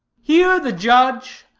here the judge,